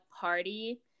party